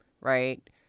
Right